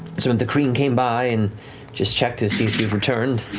some of the kryn came by and just checked to see if you'd returned.